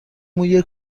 موی